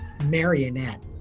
marionette